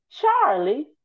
Charlie